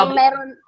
meron